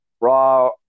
Raw